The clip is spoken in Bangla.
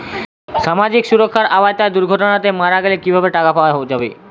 সামাজিক সুরক্ষার আওতায় দুর্ঘটনাতে মারা গেলে কিভাবে টাকা পাওয়া যাবে?